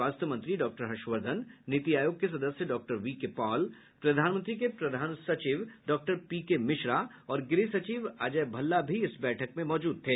स्वास्थ्य मंत्री डॉक्टर हर्षवर्धन नीति आयोग के सदस्य डॉक्टर वी के पॉल प्रधानमंत्री के प्रधान सचिव डॉक्टर पी के मिश्रा और गृह सचिव अजय भल्ला भी बैठक में मौजूद थे